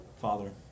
Father